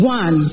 one